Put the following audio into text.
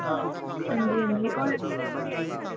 हां जी हां जी और